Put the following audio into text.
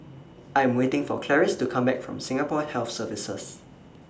I Am waiting For Clarice to Come Back from Singapore Health Services